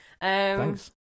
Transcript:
Thanks